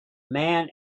man